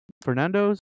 Fernando's